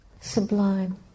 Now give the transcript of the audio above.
sublime